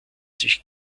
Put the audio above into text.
sich